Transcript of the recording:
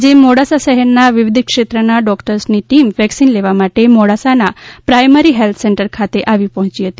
આજે મોડાસા શહેરના વિવિધ ક્ષવ્રના ડોકટર્સની ટીમ વક્સિન લામા માટે મોડાસાના પ્રઆમરી હેલ્થ સપ્ટર ખાત આવી પહોચી હતી